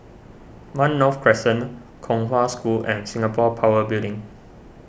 one North Crescent Kong Hwa School and Singapore Power Building